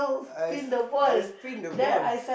I I spin the ball